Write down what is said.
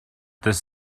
this